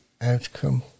outcome